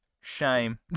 Shame